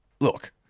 look